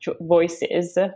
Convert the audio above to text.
voices